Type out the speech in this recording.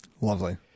lovely